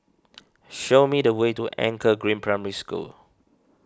show me the way to Anchor Green Primary School